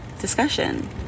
discussion